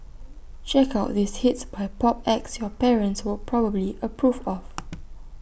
check out these hits by pop acts your parents will probably approve of